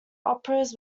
operas